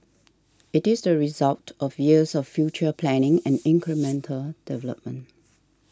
it is the result of years of future planning and incremental development